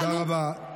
תודה רבה.